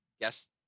Yes